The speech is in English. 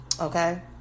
okay